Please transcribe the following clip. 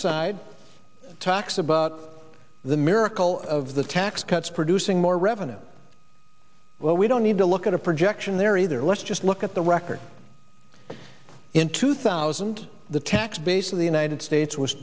side talks about the miracle of the tax cuts producing more revenue well we don't need to look at a projection there either let's just look at the record in two thousand the tax base of the united states was